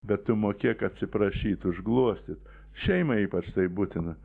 bet tu mokėk atsiprašyt užglostyt šeimai ypač tai būtina